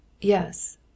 Yes